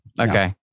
okay